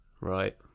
Right